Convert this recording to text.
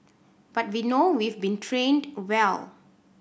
but we know we've been trained well